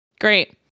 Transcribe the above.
Great